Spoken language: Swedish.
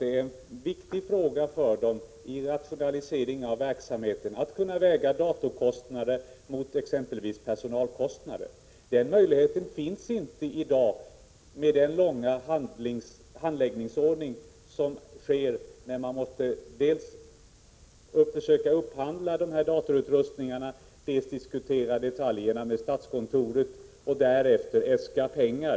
Det är en för dem viktig fråga att vid en rationalisering av verksamheten kunna väga datorkostnader mot exempelvis personalkostnader. Den möjligheten finns inte i dag med den långa handläggningstid som man får när man måste dels försöka upphandla datautrustning, dels diskutera detaljerna med statskontoret och därefter äska pengar.